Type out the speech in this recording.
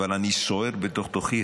אני סוער בתוך-תוכי,